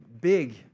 big